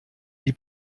die